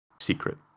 secret